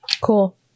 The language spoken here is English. Cool